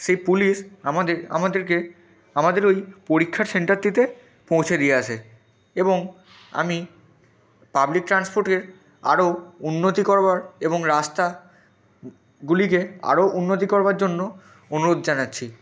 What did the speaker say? সেই পুলিশ আমাদের আমাদেরকে আমাদের ওই পরীক্ষার সেন্টারটিতে পৌঁছে দিয়ে আসে এবং আমি পাবলিক ট্রান্সপোর্টের আরো উন্নতি করবার এবং রাস্তা গুলিকে আরো উন্নতি করবার জন্য অনুরোধ জানাচ্ছি